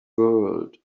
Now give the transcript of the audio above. world